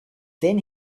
then